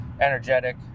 energetic